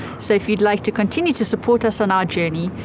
so if you'd like to continue to support us on our journey,